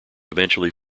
eventually